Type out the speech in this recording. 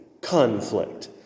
conflict